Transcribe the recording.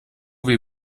wie